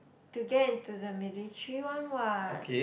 to get into the military one what